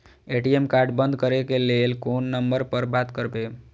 ATM card बंद करे के लेल कोन नंबर पर बात करबे?